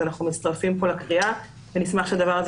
אז אנחנו מצטרפים פה לקריאה ונשמח שהדבר הזה